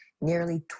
nearly